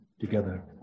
together